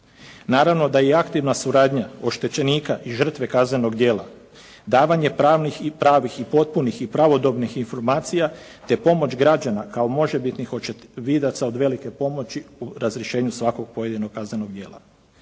Naravno da i aktivna suradnja oštećenika i žrtve kaznenog djela, davanje pravnih i pravih i potpunih i pravodobnih informacija te pomoć građana kao možebitnih očevidaca, od velike pomoći u razrješenju svakog pojedinog kaznenog djela.